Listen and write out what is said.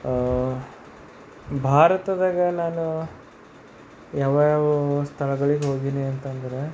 ಭಾರತದಾಗೆ ನಾನು ಯಾವ ಯಾವ ಸ್ಥಳಗಳಿಗೆ ಹೋಗೀನಿ ಅಂತಂದರೆ